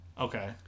Okay